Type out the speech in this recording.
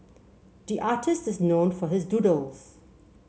the artist is known for his doodles